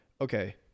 Okay